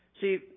See